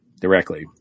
directly